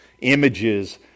images